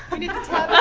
you need to tap